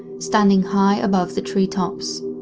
standing high above the tree tops.